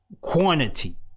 quantity